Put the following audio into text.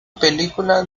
película